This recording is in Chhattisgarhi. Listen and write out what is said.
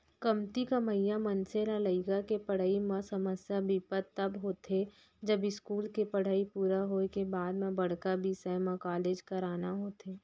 कमती कमइया मनसे ल लइका के पड़हई म समस्या बिपत तब होथे जब इस्कूल के पड़हई पूरा होए के बाद म बड़का बिसय म कॉलेज कराना होथे